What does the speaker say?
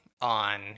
on